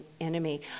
enemy